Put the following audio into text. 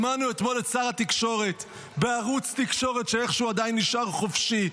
שמענו אתמול את שר התקשורת בערוץ תקשורת שאיך שהוא עדיין נשאר חופשי.